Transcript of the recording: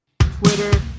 Twitter